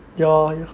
ya